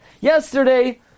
Yesterday